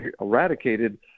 eradicated